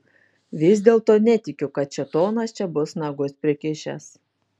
vis dėlto netikiu kad šėtonas čia bus nagus prikišęs